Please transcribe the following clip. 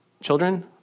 children